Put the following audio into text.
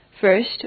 First